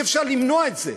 אי-אפשר למנוע את זה.